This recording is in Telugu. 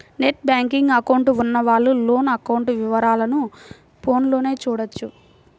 నెట్ బ్యేంకింగ్ అకౌంట్ ఉన్నవాళ్ళు లోను అకౌంట్ వివరాలను ఫోన్లోనే చూడొచ్చు